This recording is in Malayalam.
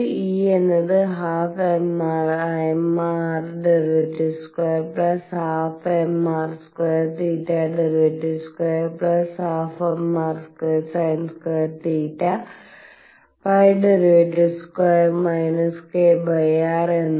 ഒന്ന് E എന്നത് 12m r˙212mr2 θ˙2 12mr2 sin2 θ 2− kr